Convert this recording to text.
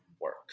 work